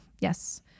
Yes